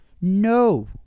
No